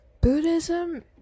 Buddhism